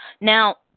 now